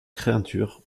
créature